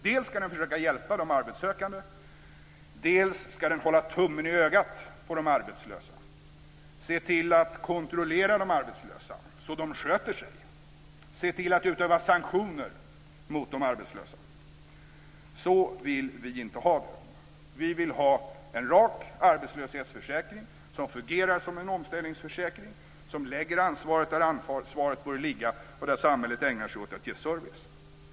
Dels ska den försöka hjälpa de arbetssökande, dels ska den ha tummen i ögat på de arbetslösa, se till att kontrollera de arbetslösa så att de sköter sig och se till att utöva sanktioner mot de arbetslösa. Så vill vi inte ha det. Vi vill ha en rak arbetslöshetsförsäkring som fungerar som en omställningsförsäkring och som lägger ansvaret där ansvaret bör ligga, och där samhället ägnar sig åt att ge service.